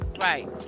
Right